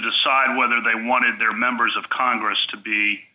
decide whether they wanted their members of congress to be